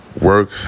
work